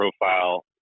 profile